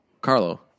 Carlo